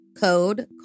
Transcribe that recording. code